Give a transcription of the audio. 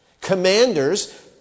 Commanders